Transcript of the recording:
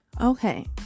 okay